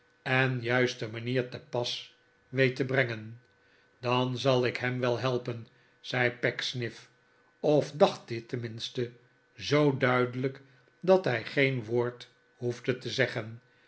en juiste manier te pas weet te brengen dan zal ik hem wel helpen zei pecksniff of dacht dit tenminste zoo duidelijk dat hij geen woord hoefde te zeggen